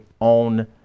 own